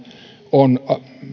on